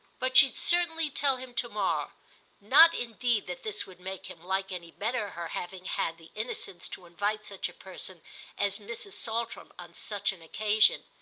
but she'd certainly tell him to-morrow not indeed that this would make him like any better her having had the innocence to invite such a person as mrs. saltram on such an occasion.